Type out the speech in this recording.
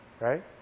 right